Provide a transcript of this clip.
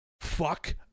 fuck